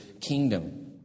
kingdom